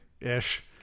ish